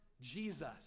Jesus